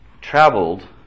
traveled